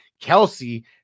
Kelsey